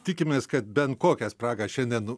tikimės kad bent kokią spragą šiandien